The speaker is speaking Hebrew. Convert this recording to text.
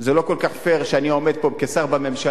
זה לא כל כך פייר שאני עומד פה כשר בממשלה,